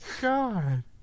God